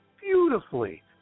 beautifully